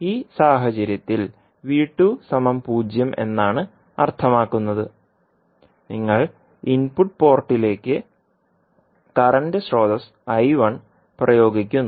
ഈ സാഹചര്യത്തിൽ 0 എന്നാണ് അർത്ഥമാക്കുന്നത് നിങ്ങൾ ഇൻപുട്ട് പോർട്ടിലേക്ക് കറന്റ് സ്രോതസ്സ് പ്രയോഗിക്കുന്നു